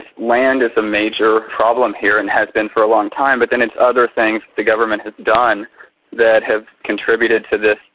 land is a major problem here and has been for a long time, but then it's other things the government has done that have contributed to this.